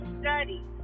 study